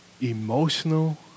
emotional